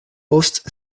post